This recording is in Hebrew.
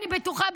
אני בטוחה,